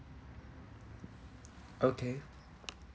okay